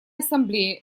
ассамблее